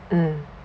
mm